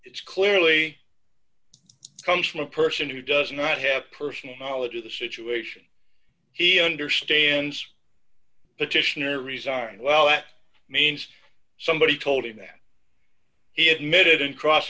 it's clearly comes from a person who does not have personal knowledge of the situation here understands the titian or resigned well that means somebody told him that he admitted in cross